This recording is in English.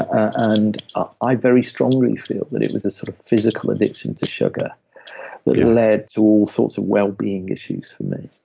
and i very strongly feel that it was a sort of physical addiction to sugar that led to all sorts of wellbeing issues for me.